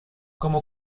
como